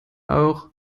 auch